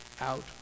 out